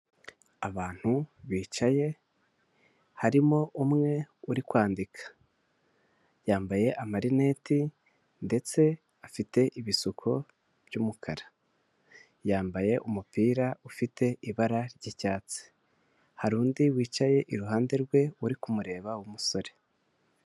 Abantu bicaye harimo umwe uri kwandika yambaye amarineti ndetse afite ibisuko by'umukara, yambaye umupira ufite ibara ry'icyatsi, hari undi wicaye iruhande rwe uri kumureba w'umusore.